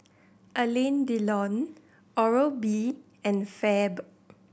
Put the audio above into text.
Alain Delon Oral B and Fab